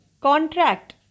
contract